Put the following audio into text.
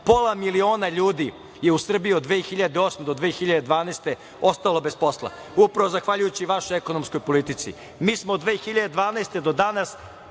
miliona ljudi je u Srbiji od 2008. do 2012. godine ostala bez posla upravo zahvaljujući vašoj ekonomskoj politici. Mi smo od 2012. godine